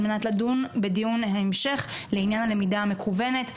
מנת לדון בדיון המשך לענין הלמידה המקוונת.